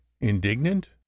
indignant